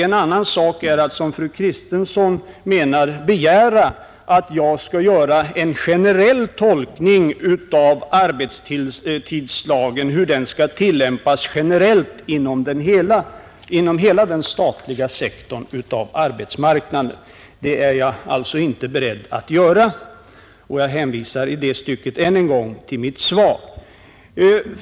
En annan sak är att fru Kristensson begär att jag skall göra en tolkning av hur arbetstidslagen generellt skall tillämpas inom hela den statliga sektorn av arbetsmark naden. Det är jag alltså inte beredd att göra, och jag hänvisar i det stycket än en gång till mitt svar.